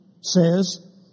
says